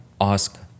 ask